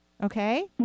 Okay